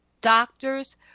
doctors